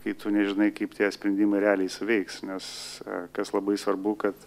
kai tu nežinai kaip tie sprendimai realiai suveiks nes kas labai svarbu kad